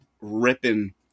ripping